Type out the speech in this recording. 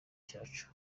cyacu